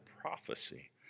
prophecy